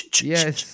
Yes